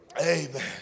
Amen